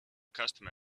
customer